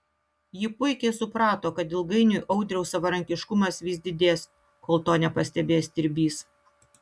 ji puikiai suprato kad ilgainiui audriaus savarankiškumas vis didės kol to nepastebės stirbys